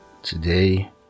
Today